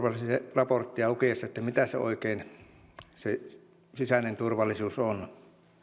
raporttia lukiessa mitä se se sisäinen turvallisuus oikein on